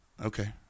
Okay